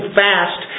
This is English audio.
fast